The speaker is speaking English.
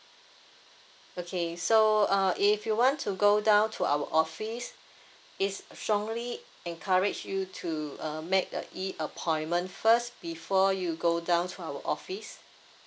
okay so uh if you want to go down to our office is strongly encourage you to uh make a E appointment first before you go down to our office